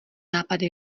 nápady